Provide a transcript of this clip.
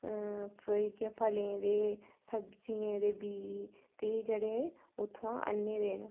फलें दे सब्जियें दे बीऽ ते जेह्डे़ उत्थुआं आह्ने दे न